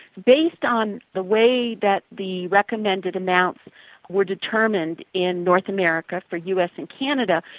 based on the way that the recommended amounts were determined in north america for us and canada,